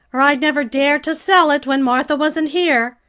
or i'd never dare to sell it when martha wasn't here.